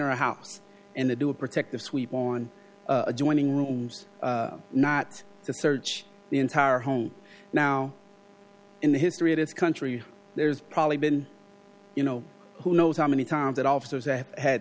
a house and they do a protective sweep on adjoining rooms not to search the entire home now in the history of this country there's probably been you know who knows how many times that officers ha